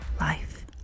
life